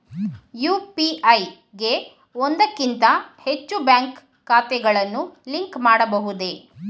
UPI ಗೆ ಒಂದಕ್ಕಿಂತ ಹೆಚ್ಚು ಬ್ಯಾಂಕ್ ಖಾತೆಗಳನ್ನು ಲಿಂಕ್ ಮಾಡಬಹುದೇ?